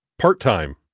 part-time